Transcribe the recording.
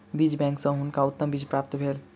बीज बैंक सॅ हुनका उत्तम बीज प्राप्त भेल